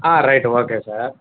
ah right okay sir